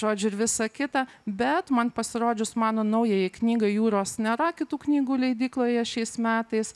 žodžiu ir visa kita bet man pasirodžius mano naujajai knygai jūros nėra kitų knygų leidykloje šiais metais